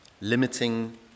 limiting